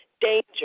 danger